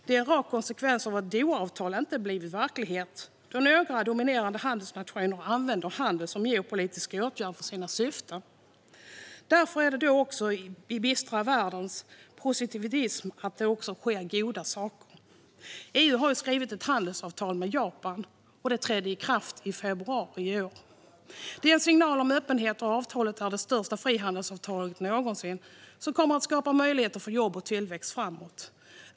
Det är en rak konsekvens av att Dohaavtalet inte har blivit verklighet, då några dominerande handelsnationer använder handel som geopolitisk åtgärd för att nå sina syften. I den bistra världen sker också positiva saker. EU har skrivit ett handelsavtal med Japan. Det trädde i kraft i februari i år. Det är en signal om öppenhet. Avtalet är det största frihandelsavtalet någonsin och kommer att skapa möjligheter för jobb och tillväxt framöver.